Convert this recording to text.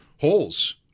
holes